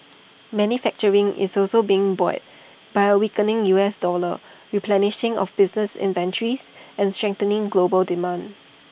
manufacturing is also being buoyed by A weakening U S dollar replenishing of business inventories and strengthening global demand